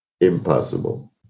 Impossible